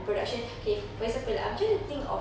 production okay for example I'm trying to think of